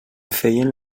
feien